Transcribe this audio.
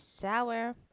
shower